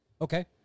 Okay